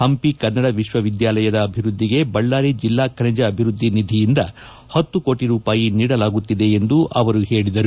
ಹಂಪಿ ಕನ್ನಡ ವಿಶ್ವವಿದ್ಯಾಲಯ ಅಭಿವೃದ್ದಿಗೆ ಬಳ್ಳಾರಿ ಜಿಲ್ಲಾ ಖನಿಜ ಅಭಿವೃದ್ದಿ ನಿಧಿಯಿಂದ ಹತ್ತು ಕೋಟಿ ರೂಪಾಯಿ ನೀಡಲಾಗುತ್ತಿದೆ ಎಂದು ಅವರು ಹೇಳಿದರು